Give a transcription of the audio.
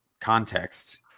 context